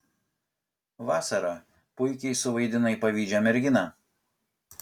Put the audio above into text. vasara puikiai suvaidinai pavydžią merginą